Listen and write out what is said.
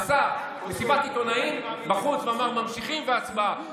עשה מסיבת עיתונאים בחוץ ואמר: ממשיכים והצבעה.